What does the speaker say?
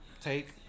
Take